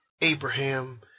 Abraham